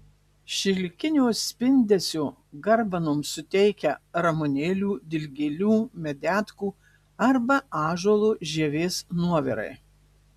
šilkinio spindesio garbanoms suteikia ramunėlių dilgėlių medetkų arba ąžuolo žievės nuovirai